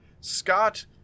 Scott